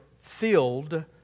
filled